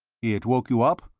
it woke you up?